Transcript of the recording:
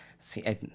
See